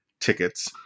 tickets